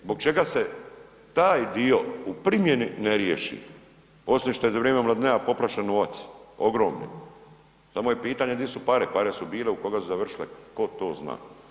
Zbog čega se taj dio u primjeni ne riješi osim što je za vrijeme Mladinea poprašen novac, ogromni, samo je pitanje di su pare, pare su bile, u koga su završile, tko to zna.